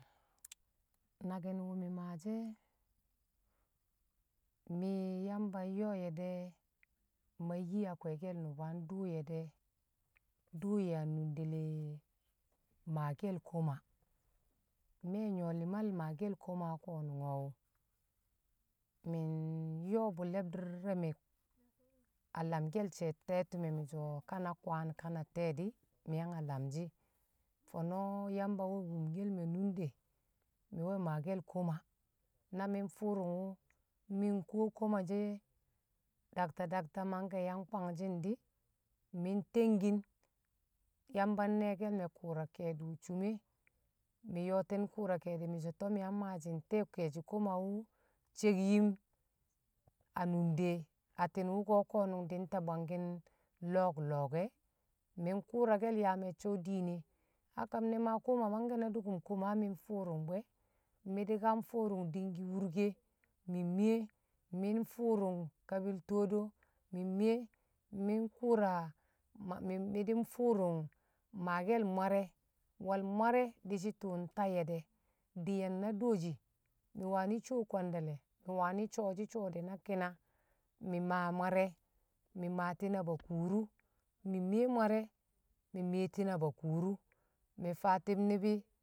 naki̱n wṵ mi̱ maashi̱ e̱, mi̱ yamba yo̱o̱ye̱ de̱ ma yi a kwe̱e̱ke̱ nṵba dṵṵr yi de̱ dṵṵr ye̱ a munde le̱ maake̱l koma, me̱ nyuwo li̱mal maakel koma ko̱nṵng o̱ mi̱ yo̱bṵ li̱bdi̱r ne̱ me̱ a lamke̱l she̱l te̱ti̱m mi̱ so kana kwaan ka na te̱e̱di̱ mi̱ yang a lamshi̱ fono yamba we̱ wumke̱l me̱ nunde̱ mi̱ we̱ maake̱l kom na mi̱n fu̱rung mi̱ nkuwo koma she̱ dakta dakta mangke̱ yang kwangshi̱n di̱, mi̱ ntengkin yamba ne̱ke̱l me̱ kṵṵra ke̱e̱de̱ wṵ cum e̱ mi̱ yooti̱n kṵṵra ke̱e̱di̱ mi̱ to̱ mi̱ yang maashi̱ nte̱e̱ ke̱e̱shi̱ koma wṵ cekyim a munde atti̱n wṵko̱ ko̱ nṵng di nta bwangshi̱n lo̱o̱k- lo̱o̱k e̱, mi̱ nkṵṵrake̱l yaa me̱cce̱ di̱i̱ne̱ a kam ne̱ maa koma mangke̱ na dṵkṵm komawu mi nfṵṵrṵng bṵ e̱, mi̱ di̱kan fṵṵrṵng di̱ngki̱ wṵrke̱ mi̱ mi̱ye̱, mi̱ nfṵṵrng kabi̱l to̱o̱do me̱ mi̱ye̱, mi̱ kura mi̱ di̱ nfṵṵrṵng maake̱l mware̱ wol mware̱ di̱shi̱ twu ntayye̱ de̱, di̱ye̱n na dooshi̱ mi̱ wani̱ sho̱ kwe̱nde̱le̱, mi̱ wani̱ shoshi̱-sho de̱ na ki̱na mi̱ maa mware̱ mi̱ maati̱n abakṵrṵ, mi̱ mi̱ye̱ mware̱ mi̱ mi̱ye̱ti̱n abakṵrṵ mi̱ faa ti̱b ni̱bi̱.